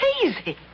crazy